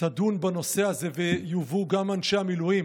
תדון בנושא הזה ויובאו גם אנשי המילואים,